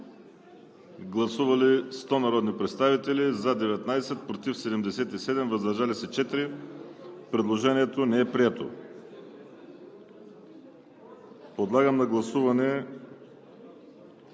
Гласували 88 народни представители: за 11, против 72, въздържали се 5. Предложението не е прието. Подлагам на гласуване